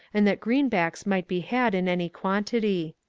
and that greenbacks might be had in any quantity.